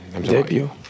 debut